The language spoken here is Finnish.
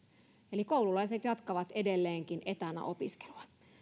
eli koululaiset jatkavat edelleenkin etänä opiskelua